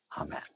Amen